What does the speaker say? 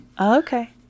Okay